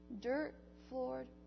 dirt-floored